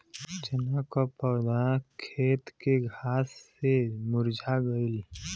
चन्ना क पौधा खेत के घास से मुरझा गयल